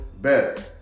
better